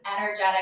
energetic